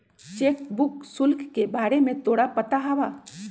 Cheque book शुल्क के बारे में तोरा पता हवा?